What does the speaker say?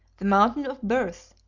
the mountain of birth,